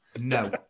No